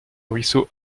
ruisseau